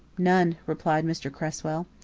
none, replied mr. cresswell.